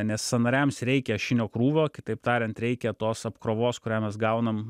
nes sąnariams reikia ašinio krūvio kitaip tariant reikia tos apkrovos kurią mes gaunam